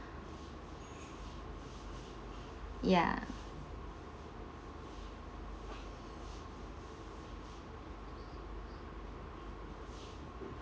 ya